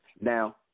Now